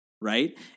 right